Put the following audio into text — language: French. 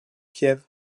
piève